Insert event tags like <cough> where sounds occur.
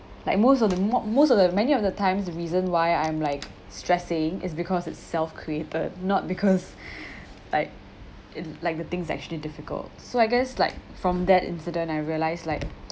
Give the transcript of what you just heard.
like most of the mo~ most of the many of the times the reason why I am like stressing is because it's self created but not because <breath> like in like the things that are actually difficult so I guess like from that incident I realise like